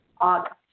August